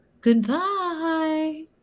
Goodbye